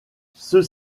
ceux